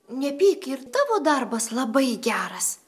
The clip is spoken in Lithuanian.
nepyk ir tavo darbas labai geras